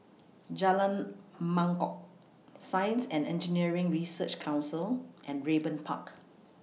Jalan Mangkok Science and Engineering Research Council and Raeburn Park